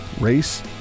race